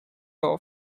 law